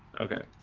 okay